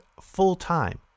full-time